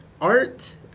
art